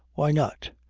why not.